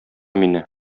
мине